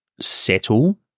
settle